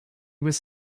was